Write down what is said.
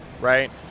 right